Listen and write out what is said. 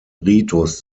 ritus